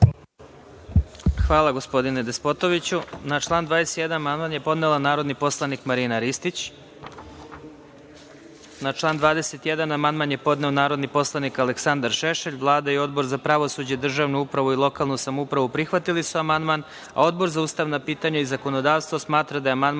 Marinković** Zahvaljujem. Na član 21. amandman je podneo narodni poslanik Marina Ristić. Na član 21. amandman je podneo narodni poslanik Aleksandar Šešelj. Vlada i Odbor za pravosuđe, državnu upravu i lokalnu samoupravu su prihvatili amandman. Odbor za ustavna pitanja i zakonodavstvo smatra da je amandman